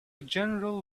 general